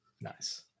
Nice